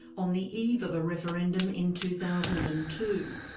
on the eve of a referendum in two thousand and two.